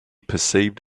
perceived